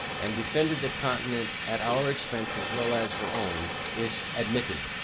and defended the continent at our expence as well as her own is admitted,